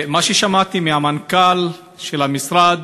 מה ששמעתי מהמנכ"ל של המשרד